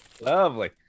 Lovely